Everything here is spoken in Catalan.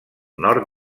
nord